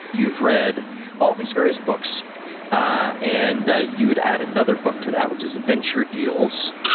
you've read all these various books ah and you would add another book to that which is venture deals,